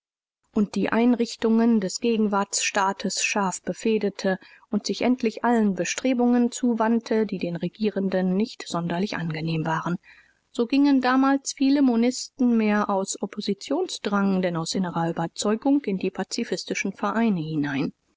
u die einrichtungen des gegenwartsstaates scharf befehdete u sich endlich allen bestrebungen zuwandte die den regierenden nicht sonderlich angenehm waren so gingen damals viele monisten mehr aus oppositionsdrang denn aus innerer überzeugung in die pazifist vereine hinein